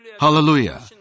Hallelujah